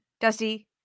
Dusty